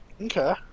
okay